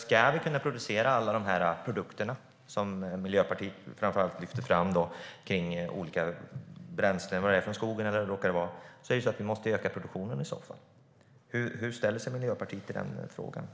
Ska vi kunna producera alla de produkter som framför allt Miljöpartiet lyfter fram, olika bränslen från skogen eller vad det kan vara, måste vi i så fall öka produktionen. Hur ställer sig Miljöpartiet i den frågan?